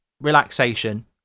relaxation